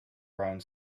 around